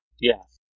Yes